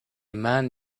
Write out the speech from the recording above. man